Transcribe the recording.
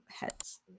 heads